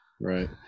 Right